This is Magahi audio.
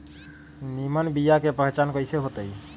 निमन बीया के पहचान कईसे होतई?